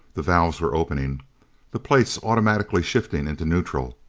the valves were opening the plates automatically shifting into neutral,